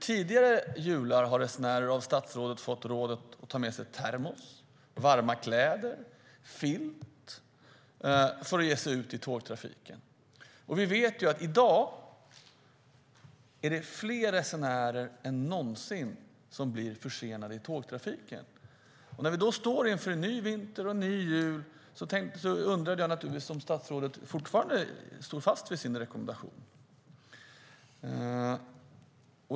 Tidigare jular har resenärer av statsrådet fått rådet att ta med sig termos, varma kläder och filt för att ge sig ut i tågtrafiken. Vi vet att i dag är det fler resenärer än någonsin som blir försenade i tågtrafiken. När vi nu står inför en ny vinter och ny jul undrar jag naturligtvis om statsrådet står fast vid sin rekommendation.